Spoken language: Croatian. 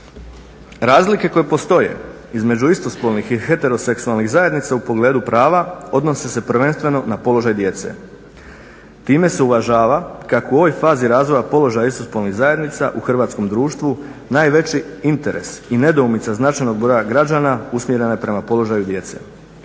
Razlike koje postoje između istospolnih i heteroseksualnih zajednica u pogledu prava odnose se prvenstveno na položaj djece. Time se uvažava kako u ovoj fazi razvoja položaja istospolnih zajednica u hrvatskom društvu, najveći interes i nedoumica značajnoj broja građana usmjerena je prema položaju djece.